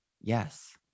yes